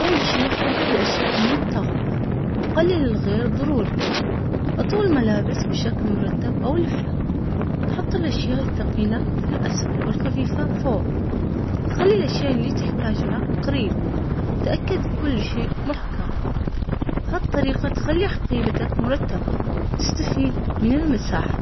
أول شي حدد الأشياء اللي بتاخدها وقلل الغير ضروري أطوي الملابس بشكل مرتب أو لفها. حط الأشياء الثقيلة في الأسفل والخفيفة فوق، خلي الأشياء اللي تحتاجها قريب، تأكد كل شيء محكم هالطريقة.